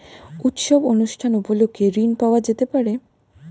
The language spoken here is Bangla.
উৎসব অনুষ্ঠান উপলক্ষে ঋণ পাওয়া যেতে পারে?